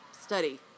study